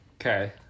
Okay